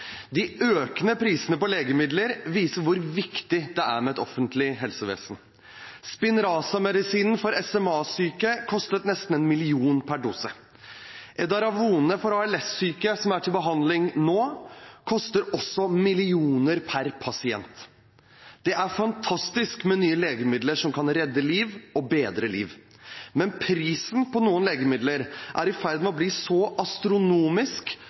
de mange, ikke for de få. De økende prisene på legemidler viser hvor viktig det er med et offentlig helsevesen. Spinraza-medisinen for SMA-syke kostet nesten 1 mill. kr per dose. Edaravone for ALS-syke som er til behandling nå, koster også flere millioner per pasient. Det er fantastisk med nye legemidler som kan redde liv og bedre liv. Men prisen på noen legemidler er i ferd med å bli så astronomisk